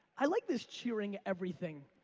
i like this cheering everything.